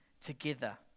together